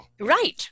Right